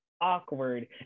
awkward